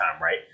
Right